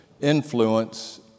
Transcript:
influence